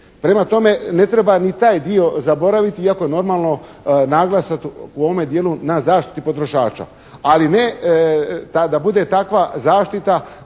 Prema tome ne treba ni taj dio zaboraviti iako je normalno naglasak u ovome dijelu na zaštiti potrošača ali ne da bude takva zaštita